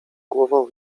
głową